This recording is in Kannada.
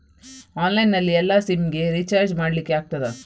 ಆನ್ಲೈನ್ ನಲ್ಲಿ ಎಲ್ಲಾ ಸಿಮ್ ಗೆ ರಿಚಾರ್ಜ್ ಮಾಡಲಿಕ್ಕೆ ಆಗ್ತದಾ?